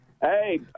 Hey